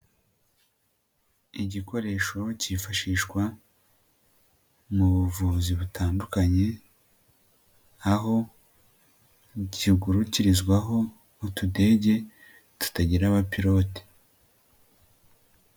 Igikoresho cyifashishwa mu buvuzi butandukanye, aho kigurukirizwaho utudege, tutagira abapilote.